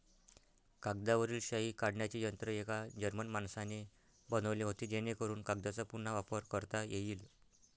कागदावरील शाई काढण्याचे यंत्र एका जर्मन माणसाने बनवले होते जेणेकरून कागदचा पुन्हा वापर करता येईल